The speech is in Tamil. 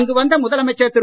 அங்கு வந்த முதலமைச்சர் திரு